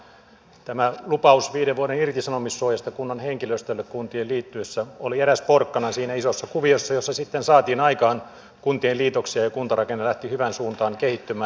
tämä lupaus viiden vuoden irtisanomissuojasta kunnan henkilöstölle kuntien liittyessä oli eräs porkkana siinä isossa kuviossa jossa sitten saatiin aikaan kuntien liitoksia ja kuntarakenne lähti hyvään suuntaan kehittymään